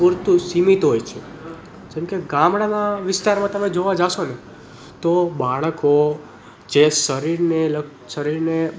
પૂરતું સીમિત હોય છે જેમ કે ગામડામાં વિસ્તારમાં તમે જોવા જશો ને તો બાળકો જે શરીરને લગ શરીરને